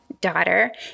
daughter